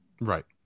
Right